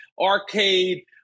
arcade